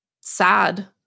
sad